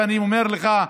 ואני אומר לך,